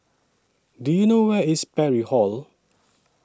Do YOU know Where IS Parry Hall